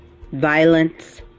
violence